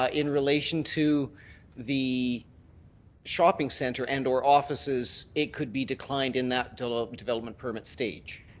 ah in relation to the shopping centre and or offices, it could be declined in that development development permit stage?